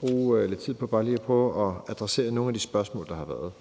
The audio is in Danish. bruge lidt tid på at prøve at adressere nogle af de spørgsmål, der har været.